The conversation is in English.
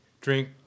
drink